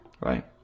right